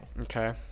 Okay